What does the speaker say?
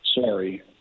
sorry